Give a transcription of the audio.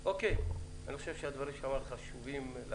אוקיי, אני חושב שהדברים שאמרת חשובים.